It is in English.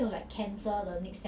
mm ya lor